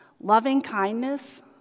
loving-kindness